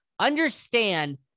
Understand